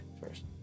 first